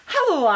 Hello